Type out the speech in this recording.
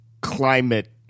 climate